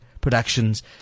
productions